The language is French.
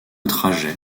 trajet